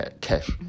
cash